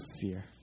fear